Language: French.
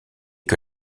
que